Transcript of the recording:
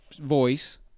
voice